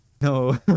No